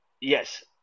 Yes